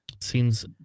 Seems